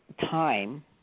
time